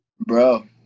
Bro